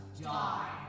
die